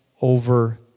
over